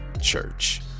church